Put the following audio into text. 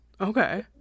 Okay